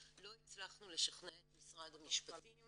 לא הצלחנו לשכנע את משרד המשפטים